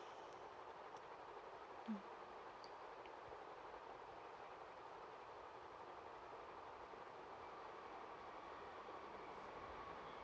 mm